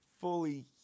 fully